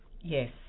yes